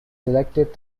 selected